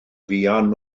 fuan